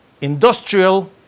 industrial